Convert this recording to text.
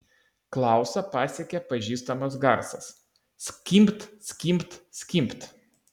klausą pasiekė pažįstamas garsas skimbt skimbt skimbt